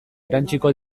erantsiko